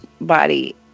body